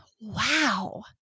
wow